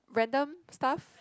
random stuff